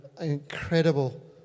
incredible